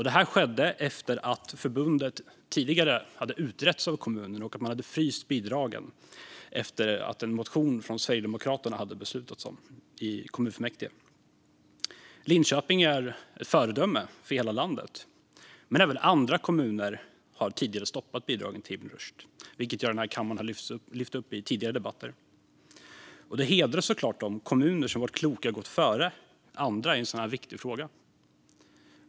Det skedde efter att förbundet tidigare utretts av kommunen och bidragen frysts efter beslut om en motion från Sverigedemokraterna i kommunfullmäktige. Linköping är ett föredöme för hela landet. Men även andra kommuner har stoppat bidragen till Ibn Rushd, vilket jag i den här kammaren har lyft fram i tidigare debatter. Det hedrar såklart de kommuner som varit kloka och gått före andra i en så viktig fråga.